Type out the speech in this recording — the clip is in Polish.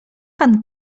pan